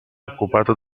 occupato